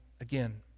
again